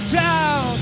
town